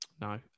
No